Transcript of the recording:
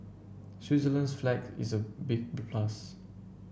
Switzerland's flag is a big plus